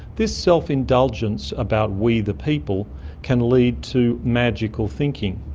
this self-indulgence about we the people can lead to magical thinking.